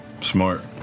Smart